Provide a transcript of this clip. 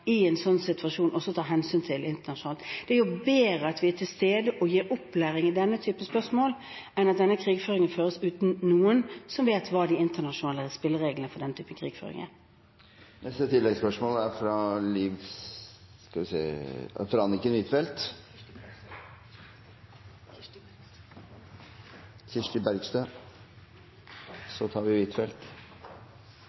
en sånn situasjon må ta hensyn til internasjonalt. Det er jo bedre at vi er til stede og gir opplæring i denne type spørsmål, enn at denne krigføringen føres uten noen som vet hva de internasjonale spillereglene for denne type krigføring er. Det åpnes for oppfølgingsspørsmål – først Kirsti Bergstø. Fortidens feil er